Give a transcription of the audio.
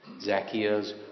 Zacchaeus